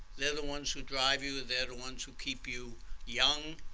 they're the ones who drive you, they're the ones who keep you young,